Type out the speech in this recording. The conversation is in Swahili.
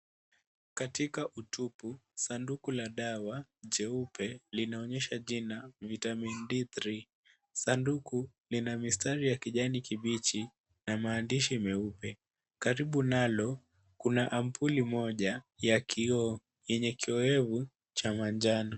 Katika utupu, sanduku la dawa jeupe linaonyesha jina Vitamin D3. Sanduku lina mistari ya kijani kibichi na maandishi meupe. Karibu nalo, kuna ampuli moja ya kioo yenye kiowevu cha manjano.